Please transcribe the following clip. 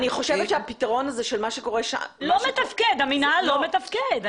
אני חושבת שהפתרון הזה של מה שקורה שם --- המינהל לא מתפקד,